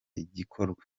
igikorwa